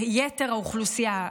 ויתר האוכלוסייה,